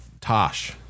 Tosh